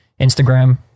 Instagram